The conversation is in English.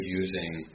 using